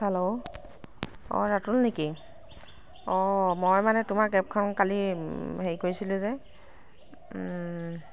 hello অঁ ৰাতুল নেকি অঁ মই মানে তোমাৰ কেবখন কালি হেৰি কৰিছিলোঁ যে